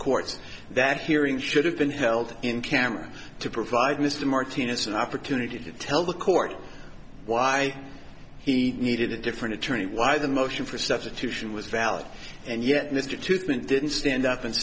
courts that hearing should have been held in camera to provide mr martinez an opportunity to tell the court why he needed a different attorney why the motion for substitution was valid and yet mr two thousand didn't stand up and